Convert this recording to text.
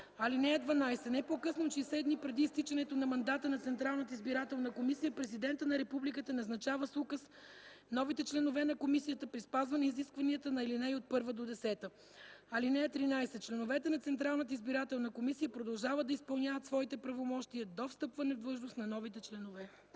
второ. (12) Не по-късно от 60 дни преди изтичането на мандата на Централната избирателна комисия президентът на републиката назначава с указ новите членове на комисията при спазване изискванията на ал. 1-10. (13) Членовете на Централната избирателна комисия продължават да изпълняват своите правомощия до встъпване в длъжност на новите членове.”